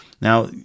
Now